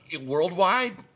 worldwide